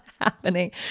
happening